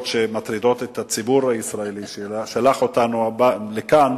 שמטרידות את הציבור הישראלי ששלח אותנו לכאן,